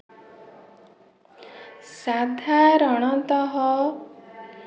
ସାଧାରଣତଃ